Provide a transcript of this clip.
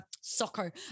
soccer